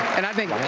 and i think